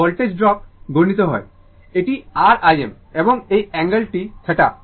সুতরাং voltage drop গুণিত হয় এটি R Im এবং এই অ্যাঙ্গেল টি θ